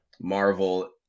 marvel